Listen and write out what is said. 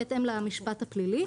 בהתאם למשפט הפלילי,